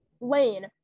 Lane